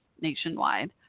nationwide